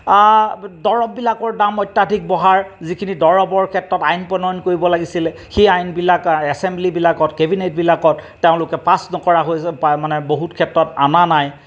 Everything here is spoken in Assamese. দৰৱবিলাকৰ দাম অত্যাধিক বঢ়াৰ যিখিনি দৰৱৰ ক্ষেত্ৰত আইন প্ৰণয়ন কৰিব লাগিছিলে সেই আইনবিলাক এছেম্ব্লিবিলাকত কেবিনেটবিলাকত তেওঁলোকে পাছ নকৰা হৈ মানে বহুত ক্ষেত্ৰত আনা নাই